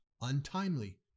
untimely